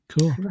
cool